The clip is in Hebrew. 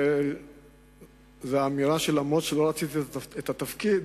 הוא שאף שלא רציתי את התפקיד,